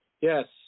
Yes